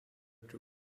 two